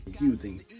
using